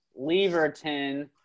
Leverton